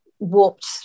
warped